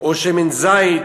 או שמן זית,